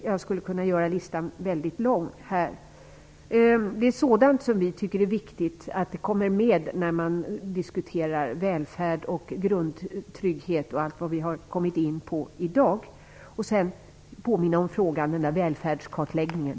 Jag skulle kunna gör listan väldigt lång. Vi tycker att det är viktigt att sådant kommer med när man diskuterar välfärd och grundtrygghet. Jag vill påminna om min fråga om välfärdskartläggningen.